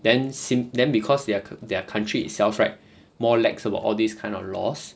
then since then because their their country itself right more lax about all these kind of laws